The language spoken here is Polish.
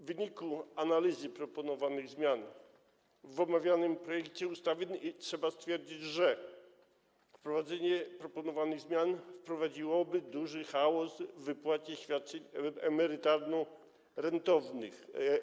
W wyniku analizy zmian proponowanych w omawianym projekcie ustawy trzeba stwierdzić, że wprowadzenie proponowanych zmian spowodowałoby duży chaos w wypłacie świadczeń emerytalno-rentowych.